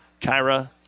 Kyra